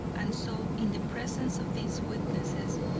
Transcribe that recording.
and so, in the presence of these witnesses,